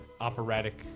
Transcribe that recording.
operatic